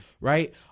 Right